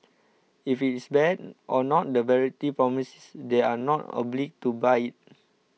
if it is bad or not the variety promised they are not obliged to buy it